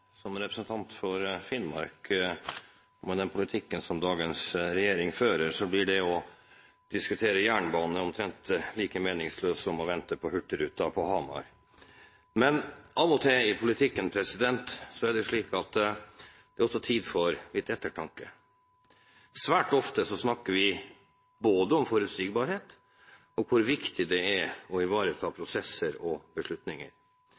Som representant for Finnmark og med den politikken som dagens regjering fører, blir det å diskutere jernbane omtrent like meningsløst som å vente på hurtigruta på Hamar. Av og til i politikken er det slik at det er tid for litt ettertanke. Svært ofte snakker vi både om forutsigbarhet og om hvor viktig det er å ivareta prosesser og beslutninger.